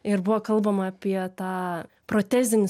ir buvo kalbama apie tą protezinis